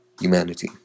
humanity